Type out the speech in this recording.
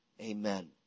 Amen